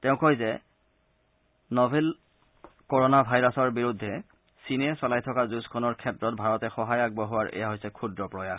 তেওঁ কয় যে নোৱেল ক'ৰ'না ভাইৰাছৰ বিৰুদ্ধে চীনে চলাই থকা যুঁজখনৰ ক্ষেত্ৰত ভাৰতে সহায় আগবঢ়োৱাৰ এয়া হৈছে ক্ষুদ্ৰ প্ৰয়াস